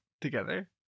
together